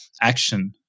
action